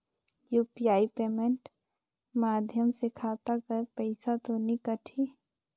UPI payment माध्यम से खाता कर पइसा तो नी कटही?